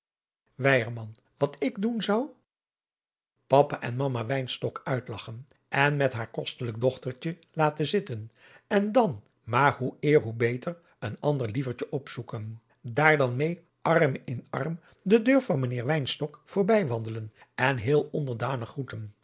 wat ik doen zou papa en mama wynstok uitlagchen en met haar kostelijk dochtertje laten zitten en maar hoe eer zoo beter een ander lievertje opzoeken daar dan meê arm in arm de deur van mijnheer wynstok voorbijwandelen en heel onderdanig groeten